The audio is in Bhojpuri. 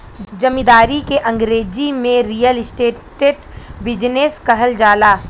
जमींदारी के अंगरेजी में रीअल इस्टेट बिजनेस कहल जाला